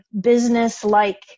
business-like